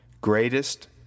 greatest